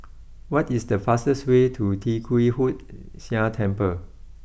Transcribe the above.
what is the fastest way to Tee Kwee Hood Sia Temple